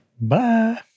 Bye